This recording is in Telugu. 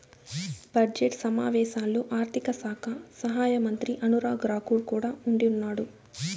బడ్జెట్ సమావేశాల్లో ఆర్థిక శాఖ సహాయమంత్రి అనురాగ్ రాకూర్ కూడా ఉండిన్నాడు